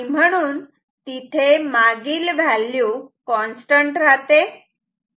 म्हणून तिथे मागील व्हॅल्यू कॉन्स्टंट रहाते